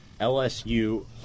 lsu